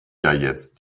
jetzt